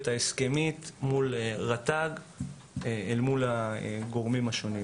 ההסכמית מול רט"ג אל מול הגורמים השונים.